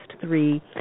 three